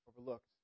overlooked